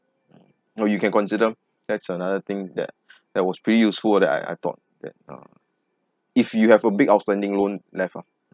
no you can consider that's another thing that that was pretty useful that I I thought that uh if you have a big outstanding loan left ah